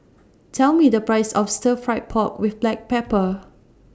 Tell Me The Price of Stir Fried Pork with Black Pepper